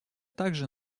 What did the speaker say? также